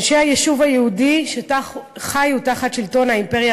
אנשי היישוב היהודי שחיו תחת שלטון האימפריה